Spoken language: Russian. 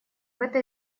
этой